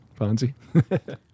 Fonzie